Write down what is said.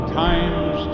times